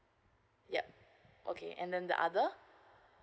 yup okay and then the other